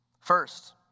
First